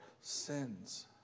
sins